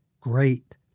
Great